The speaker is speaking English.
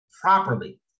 properly